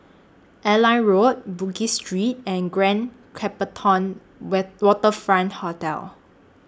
Airline Road Bugis Street and Grand Copthorne Wet Waterfront Hotel